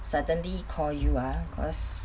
suddenly call you ah cause